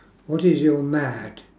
what is your mad